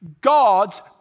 God's